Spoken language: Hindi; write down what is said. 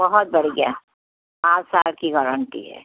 बहुत बढ़ गया पाँच साल की गारंटी है